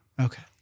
Okay